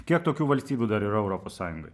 kiek tokių valstybių dar yra europos sąjungoj